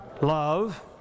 Love